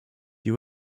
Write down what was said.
die